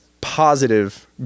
positive